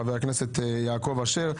חבר הכנסת יעקב אשר,